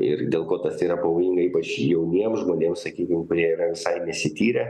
ir dėl ko tas yra pavojinga ypač jauniems žmonėms sakykim kurie yra visai nesityrę